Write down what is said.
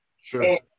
Sure